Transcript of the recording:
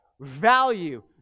value